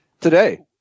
today